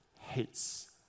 hates